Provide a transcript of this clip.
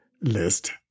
list